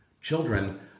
Children